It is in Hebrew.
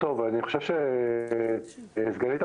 העולה ולהבטיח שהוא יכול לקיים פה מרכז חיים ולנהל פעילות